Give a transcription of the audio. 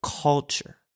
culture